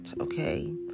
okay